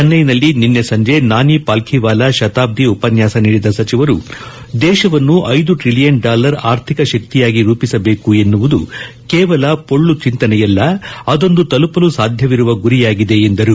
ಚೆನ್ಟೈನಲ್ಲಿ ನಿನ್ನೆ ಸಂಜೆ ನಾನಿ ಫಾಲ್ವಿವಾಲಾ ಶತಾಬ್ಲಿ ಉಪನ್ಯಾಸ ನೀಡಿದ ಸಚಿವರು ದೇಶವನ್ನು ಐದು ಟ್ರಿಲಿಯನ್ ಡಾಲರ್ ಆರ್ಥಿಕ ಶಕ್ತಿಯಾಗಿ ರೂಪಿಸಬೇಕು ಎನ್ನುವುದು ಕೇವಲ ಪೊಳ್ಳು ಚೆಂತನೆಯಲ್ಲ ಅದೊಂದು ತಲುಪಲು ಸಾಧ್ಯವಿರುವ ಗುರಿಯಾಗಿದೆ ಎಂದರು